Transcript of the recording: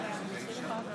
בטח בה לב